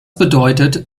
bedeutet